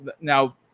now